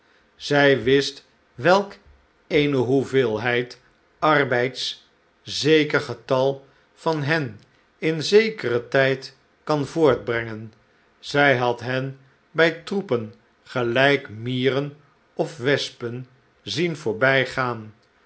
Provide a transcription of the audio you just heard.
zij wist welk eene hoeveelheid arbeids zeker getal van hen in zekeren tijd kan voort brengen zij had hen bij troepen gelijkmieren of wespen zien voorbijgaan